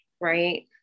right